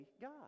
God